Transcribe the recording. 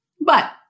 but-